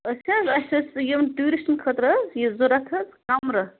أسۍ حظ أسۍ ٲسۍ یِم ٹیٛوٗرِسٹَن خٲطرٕ حظ یہِ ضروٗرت حظ کَمرٕ